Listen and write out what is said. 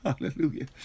Hallelujah